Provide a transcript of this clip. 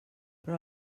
però